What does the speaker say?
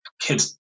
kids